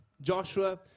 Joshua